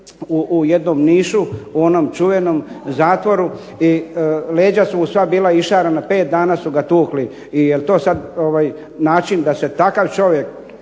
u jednom Nišu, u onom čuvenom zatvoru i leđa su mu sva bila išarana, 5 dana su ga tukli. I jel to sad način da se takav čovjek,